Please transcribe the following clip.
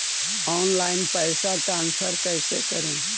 Online पैसा transfer कैसे करे?